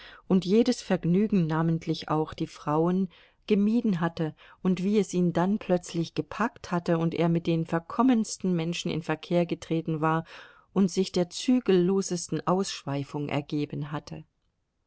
und jedes vergnügen namentlich auch die frauen gemieden hatte und wie es ihn dann plötzlich gepackt hatte und er mit den verkommensten menschen in verkehr getreten war und sich der zügellosesten ausschweifung ergeben hatte